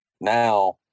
now